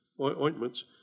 ointments